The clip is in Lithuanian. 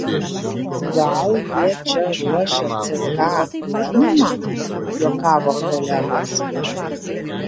gal jie čia ruošia ck plenumą juokavo kolegos